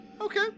Okay